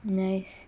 nice